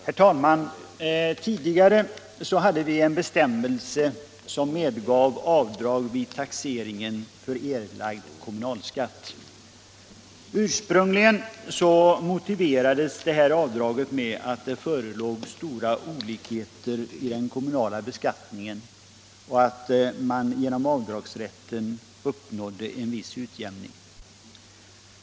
Vissa industri och Herr talman! Tidigare hade vi en bestämmelse som medgav avdrag sysselsättningsstivid taxeringen för erlagd kommunalskatt. Ursprungligen motiverades det — mulerande åtgärhär avdraget med att det förelåg stora olikheter i den kommunala be der, m.m. skattningen och att man genom avdragsrätten uppnådde en viss utjämning.